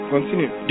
Continue